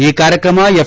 ಈ ಕಾರ್ಯಕ್ರಮ ಎಫ್